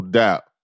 doubt